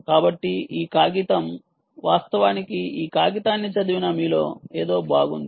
కాబట్టి ఈ కాగితం వాస్తవానికి ఈ కాగితాన్ని చదివిన మీలో ఏదో బాగుంది